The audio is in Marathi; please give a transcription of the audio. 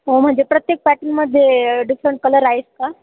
हो म्हणजे प्रत्येक पॅटनमध्ये डिफरंट कलर आहेत का